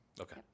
okay